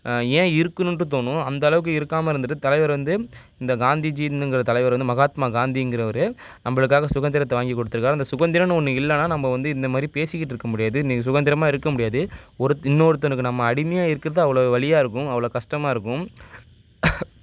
ஏன் இருக்கனுன்ட்டு தோணும் அந்த அளவுக்கு இருக்காமல் இருந்துட்டு தலைவர் வந்து இந்த காந்திஜின்கிற தலைவர் வந்து மகாத்மா காந்திங்கிறவரு நம்பளுக்காக சுதந்திரத்தை வாங்கி கொடுத்துருக்காரு அந்த சுதந்திரோன்னு ஒன்று இல்லைன்னா நம்ம வந்து இந்த மாதிரி பேசிக்கிட்டிருக்க முடியாது நீ சுதந்திரமா இருக்க முடியாது ஒருத் இன்னொருத்தனுக்கு நம்ம அடிமையாக இருக்கிறது அவ்வளோ வலியாக இருக்கும் அவ்வளோ கஷ்டமாக இருக்கும்